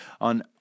on